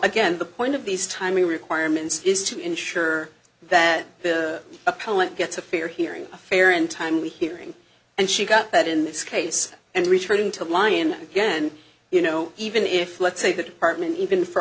again the point of these timing requirements is to ensure that the appellant gets a fair hearing a fair and timely hearing and she got that in this case and returning to lyon again you know even if let's say the department even for